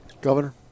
Governor